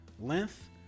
length